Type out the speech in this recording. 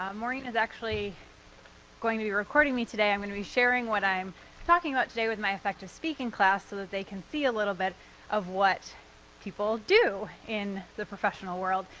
maureen is actually going to be recording me today. i'm gonna be sharing what i'm talking about today with my effective speaking class so that they can see a little bit of what people do in the professional world.